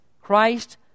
Christ